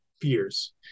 fears